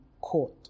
court